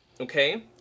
okay